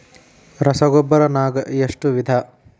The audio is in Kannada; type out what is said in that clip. ರಸಗೊಬ್ಬರ ನಾಗ್ ಎಷ್ಟು ವಿಧ?